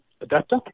adapter